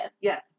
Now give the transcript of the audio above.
Yes